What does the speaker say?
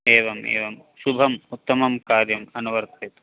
एवम् एवं शुभम् उत्तमं कार्यम् अनुवर्तयतु